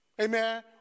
Amen